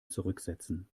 zurücksetzen